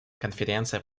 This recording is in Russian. конференция